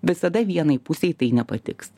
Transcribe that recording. visada vienai pusei tai nepatiks